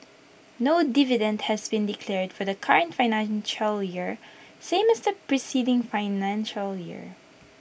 no dividend has been declared for the current financial year same as the preceding financial year